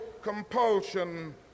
compulsion